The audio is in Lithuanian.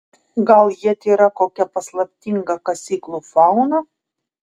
gal jie tėra kokia paslaptinga kasyklų fauna